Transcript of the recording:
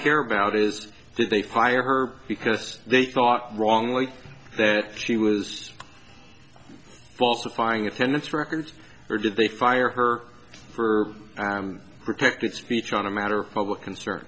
care about is that they fire her because they thought wrongly that she was falsifying attendance records or did they fire her for protected speech on a matter of public concern